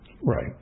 Right